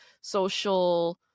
social